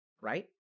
Right